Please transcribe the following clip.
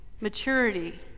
maturity